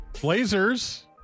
Blazers